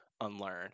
unlearn